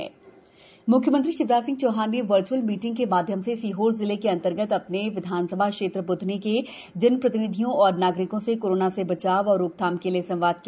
म्ख्यमंत्री ब्धनी संवाद म्ख्यमंत्री शिवराज सिंह चौहान ने वर्च्अल मीटिंग के माध्यम से सीहोर जिला अंतर्गत अपने विधानसभा क्षेत्र ब्धनी के जनप्रतिनिधियों और नागरिकों से कोरोना से बचाव और रोकथाम के लिए संवाद किया